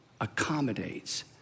accommodates